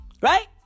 right